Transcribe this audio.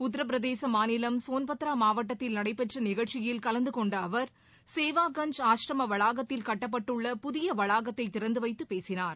உத்திரபிரதேச மாநிலம் சோன்பத்ரா மாவட்டத்தில் நடைபெற்ற நிகழ்ச்சியில் கலந்து கொண்ட அவர் சேவாகஞ்ச் ஆசிரம வளாகத்தில் கட்டப்பட்டுள்ள புதிய வளாகத்தை திறந்து வைத்து பேசினார்